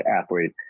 athlete